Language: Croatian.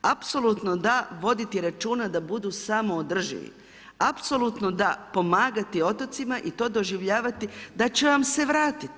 Apsolutno da voditi računa da budu samoodrživi, apsolutno da pomagati otocima i to doživljavati da će vam se vratiti.